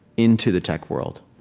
into the tech world,